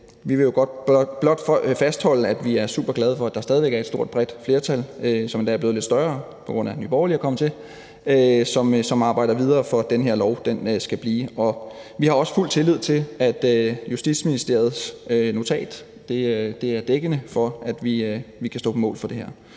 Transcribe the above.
vi vil blot fastholde, at vi er super glade for, at der stadig væk er et stort og bredt flertal, som endda er blevet lidt større, på grund af at Nye Borgerlige er kommet til, som arbejder videre for, at den her lov skal bestå. Vi har også fuld tillid til, at Justitsministeriets notat er dækkende for, at vi kan stå på mål for det her,